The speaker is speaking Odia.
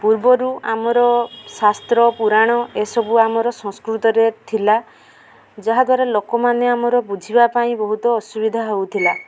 ପୂର୍ବରୁ ଆମର ଶାସ୍ତ୍ର ପୁରାଣ ଏସବୁ ଆମର ସଂସ୍କୃତରେ ଥିଲା ଯାହାଦ୍ୱାରା ଲୋକମାନେ ଆମର ବୁଝିବା ପାଇଁ ବହୁତ ଅସୁବିଧା ହଉଥିଲା